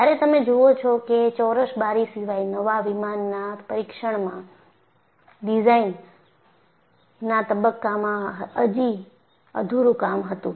જયારે તમે જોવો છો કે એ ચોરસ બારી સિવાય નવા વિમાનના પરીક્ષણમાં ડિઝાઇનના તબક્કામાં અજી અધૂરું કામ હતું